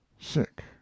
sick